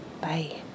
Bye